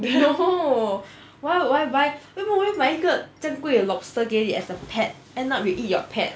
no why why buy 为什么你会买一个这样贵的 lobster get it as a pet end up you eat your pet